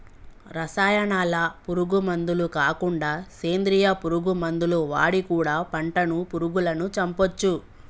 రసాయనాల పురుగు మందులు కాకుండా సేంద్రియ పురుగు మందులు వాడి కూడా పంటను పురుగులను చంపొచ్చు